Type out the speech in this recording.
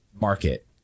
market